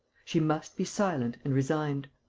she must be silent and resigned.